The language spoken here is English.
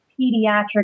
pediatric